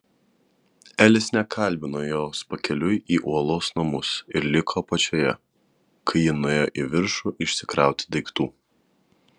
elis nekalbino jos pakeliui į uolos namus ir liko apačioje kai ji nuėjo į viršų išsikrauti daiktų